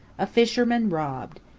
a fisherman robbed.